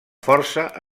força